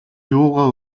юугаа